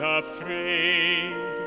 afraid